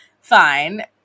Fine